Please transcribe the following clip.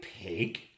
pig